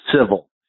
civil